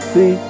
See